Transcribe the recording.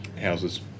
houses